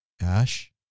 Ash